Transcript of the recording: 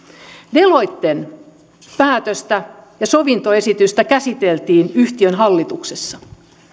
deloitten päätöstä ja sovintoesitystä käsiteltiin yhtiön hallituksessa